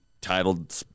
titled